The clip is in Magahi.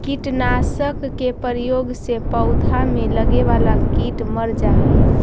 कीटनाशक के प्रयोग से पौधा में लगे वाला कीट मर जा हई